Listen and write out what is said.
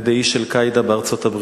על-ידי איש "אל-קאעידה" בארצות-הברית.